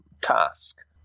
task